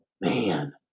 Man